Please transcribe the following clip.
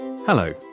Hello